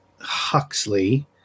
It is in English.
Huxley